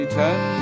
ten